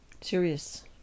serious